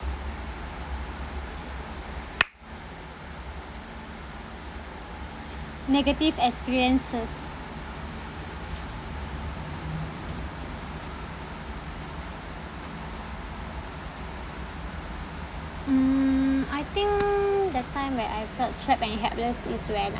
negative experiences mm I think the time when I felt trapped and helpless is when